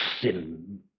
sin